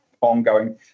ongoing